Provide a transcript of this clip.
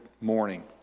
Morning